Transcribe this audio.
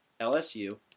LSU